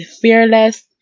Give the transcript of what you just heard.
fearless